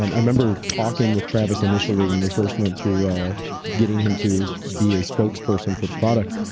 i remember talking with travis initially when we first went through getting him to be a spokesperson for the product.